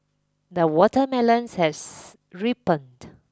the watermelons has ripened